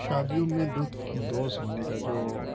شادیوں میں لطف اندوز ہونے کا جو